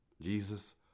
Jesus